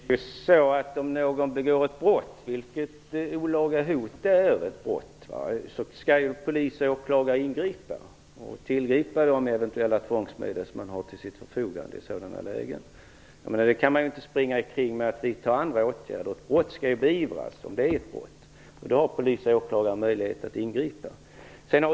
Herr talman! Om någon begår ett brott, vilket olaga hot är, skall ju polis och åklagare ingripa och tillgripa de eventuella tvångsmedel som de har till sitt förfogande. Då kan man inte vidta andra åtgärder. Om det är fråga om ett brott skall det beivras, och då har polis och åklagare möjligheter att ingripa.